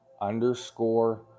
underscore